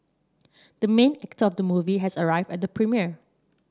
the main actor of the movie has arrived at the premiere